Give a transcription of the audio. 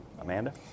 Amanda